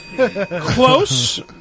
Close